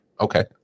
Okay